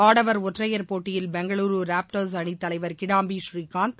ஆடவர் ஒற்றையர் போட்டியில் பெங்களூருராப்டரஸ் அணித் தலைவர் கிடாம்பி ஸ்ரீகாந்த்